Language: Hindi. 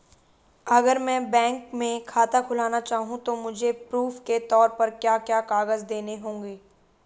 अगर मैं बैंक में खाता खुलाना चाहूं तो मुझे प्रूफ़ के तौर पर क्या क्या कागज़ देने होंगे?